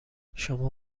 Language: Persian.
شما